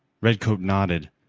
redcoat nodded.